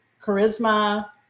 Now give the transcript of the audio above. charisma